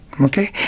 okay